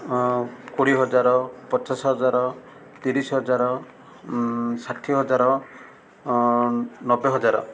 କୋଡ଼ିଏ ହଜାର ପଚାଶ ହଜାର ତିରିଶି ହଜାର ଷାଠିଏ ହଜାର ନବେ ହଜାର